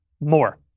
more